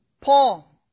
Paul